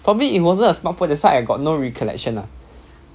for me it wasn't a smartphone that's why I got no recollection lah